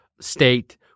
state